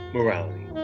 Morality